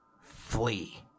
Flee